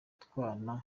utwana